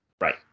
Right